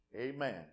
amen